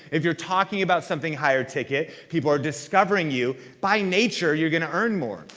if you're talking about something higher ticket, people are discovering you. by nature you're gonna earn more.